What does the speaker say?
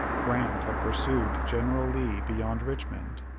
grant had pursued general lee beyond richmond,